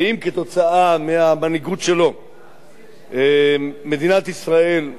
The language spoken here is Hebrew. ואם בגלל המנהיגות שלו מדינת ישראל,